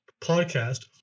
podcast